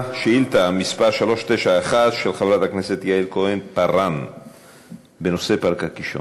שאילתה מס' 391 של חברת הכנסת יעל כהן-פארן בנושא: פארק הקישון.